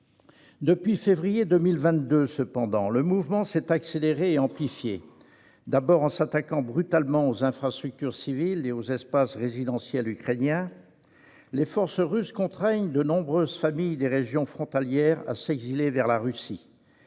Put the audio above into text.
Depuis février 2022, cependant, le mouvement s'est accéléré et amplifié. D'abord, en s'attaquant brutalement aux infrastructures civiles et aux espaces résidentiels ukrainiens, les forces russes contraignent de nombreuses familles des régions frontalières à s'exiler vers la Russie.